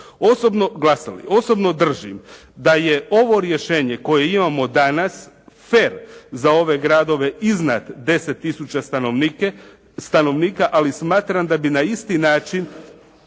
Osobno držim da je ovo rješenje koje imamo danas fer za ove gradove iznad 10 tisuća stanovnika, ali smatram da bi na isti način,